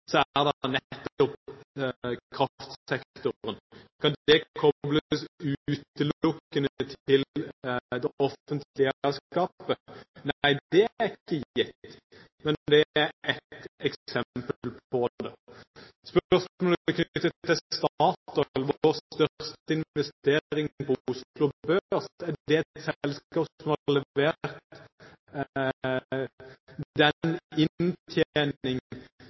er det nettopp kraftsektoren. Kan det kobles utelukkende til det offentlige eierskapet? Nei, det er ikke gitt. Men det er ett eksempel på det. Statoil, vår største investering på Oslo Børs, er det et selskap som har levert den